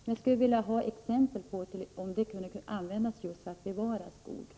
Men jag skulle vilja ha exempel på om bidraget kan användas just för att bevara skog.